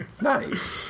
Nice